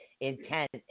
intent